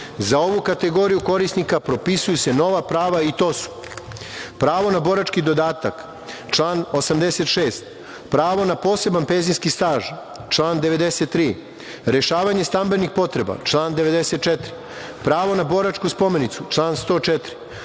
Za ovu kategoriju korisnika propisuju se nova prava, i to su: pravo na borački dodatak, član 86, pravo na poseban penzijski staž, član 93, rešavanje stambenih potreba, član 94, pravo na boračku spomenicu, član 104,